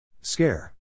Scare